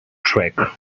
track